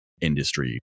industry